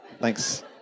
thanks